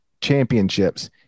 championships